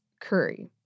curry